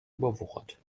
überwuchert